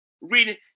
Reading